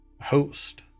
host